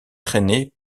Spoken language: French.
traîné